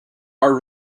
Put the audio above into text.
our